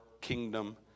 kingdom